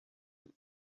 its